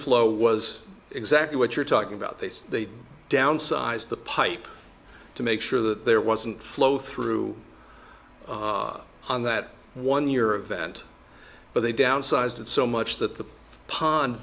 flow was exactly what you're talking about they say they downsize the pipe to make sure that there wasn't flow through on that one year event but they downsized it so much that the pond